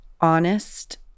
honest